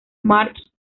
march